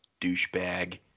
douchebag